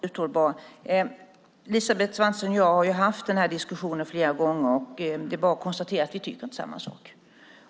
Fru talman! Elisabeth Svantesson och jag har ju haft den här diskussionen flera gånger, och det är bara att konstatera att vi inte tycker samma sak.